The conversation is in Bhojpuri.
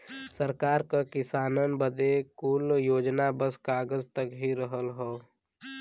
सरकार क किसानन बदे कुल योजना बस कागज तक ही रहल हौ